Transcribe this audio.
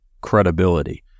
credibility